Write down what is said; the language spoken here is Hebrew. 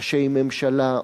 ראשי ממשלה,